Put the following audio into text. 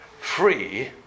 free